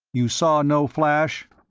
you saw no flash?